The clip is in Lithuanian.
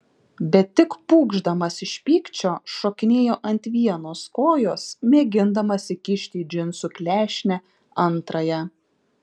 bet tik pūkšdamas iš pykčio šokinėjo ant vienos kojos mėgindamas įkišti į džinsų klešnę antrąją